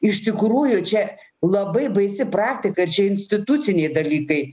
iš tikrųjų čia labai baisi praktika ir čia instituciniai dalykai